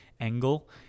angle